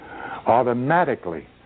automatically